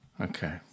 Okay